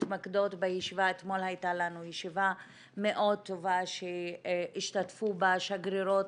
אתמול הייתה לנו ישיבה מאוד טובה שהשתתפו בה שגרירות